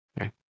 Okay